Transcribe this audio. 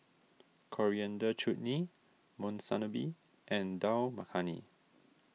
Coriander Chutney Monsunabe and Dal Makhani